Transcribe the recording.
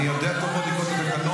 לא לאפשר למי שבא לך לעשות מה שהוא רוצה,